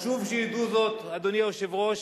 חשוב שידעו זאת, אדוני היושב-ראש,